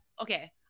Okay